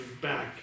back